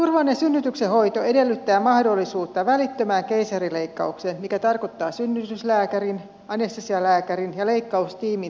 turvallinen synnytyksen hoito edellyttää mahdollisuutta välittömään keisarileikkaukseen mikä tarkoittaa synnytyslääkärin anestesialääkärin ja leikkaustiimin työpaikkapäivystystä sairaalassa